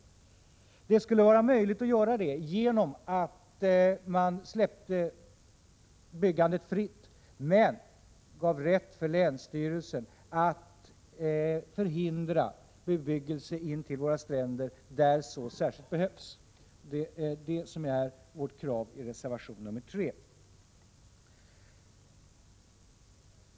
Detta skulle vara möjligt genom att släppa byggandet fritt men ge länsstyrelsen rätt att förhindra bebyggelse intill våra stränder där så särskilt behövs. Detta är vårt krav i reservation 3.